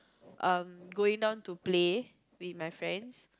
um going down to play with my friends